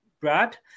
Brad